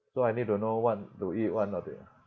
so I need to know what to eat what not to eat